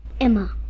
Emma